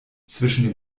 zwischen